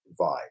vibe